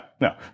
no